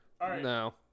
No